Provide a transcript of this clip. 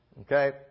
Okay